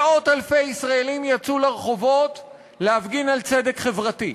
מאות-אלפי ישראלים יצאו לרחובות להפגין על צדק חברתי.